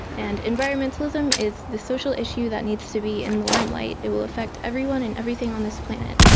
and environmentalism is the social issue that needs to be in the limelight, it will affect everyone and everything on this planet.